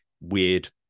weird